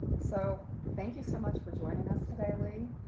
so, thank you so much for joining us today, lee.